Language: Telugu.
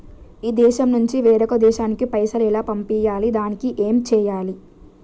ఈ దేశం నుంచి వేరొక దేశానికి పైసలు ఎలా పంపియ్యాలి? దానికి ఏం చేయాలి?